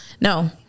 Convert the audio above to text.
No